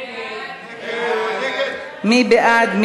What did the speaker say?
מי בעד?